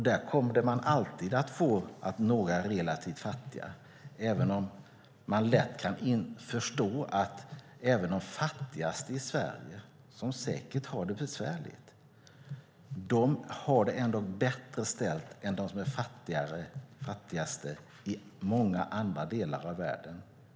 Det kommer alltid att vara så att några är relativt fattiga, även om det är lätt att förstå att de fattigaste i Sverige, som säkert har det besvärligt, ändå har det bättre ställt än de fattigaste i många andra delar av världen.